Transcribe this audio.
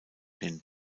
hin